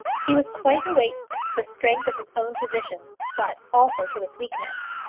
he was quite awake to the strength of his own position but also to its weakness.